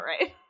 right